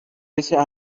bisher